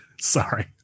Sorry